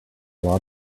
lot